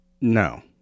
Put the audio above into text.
No